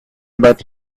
but